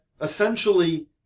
essentially